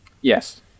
yes